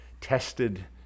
tested